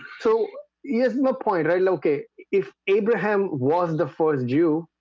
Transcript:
so here's my point right now, okay, if abraham was the first jew